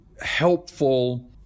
helpful